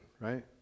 right